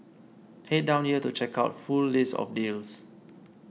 head down here to check out full list of deals